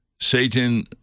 Satan